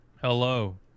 Hello